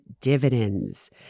dividends